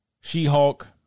She-Hulk